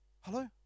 Hello